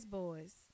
boys